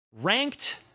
ranked